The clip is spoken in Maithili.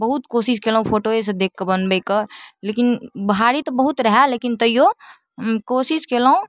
बहुत कोशिश कएलहुँ फोटोएसँ देखिकऽ बनबैके लेकिन भारी तऽ बहुत रहै लेकिन तैओ कोशिश कएलहुँ